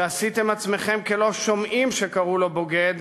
שעשיתם עצמכם כלא שומעים שקוראים לו בוגד,